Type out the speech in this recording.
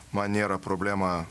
man nėra problema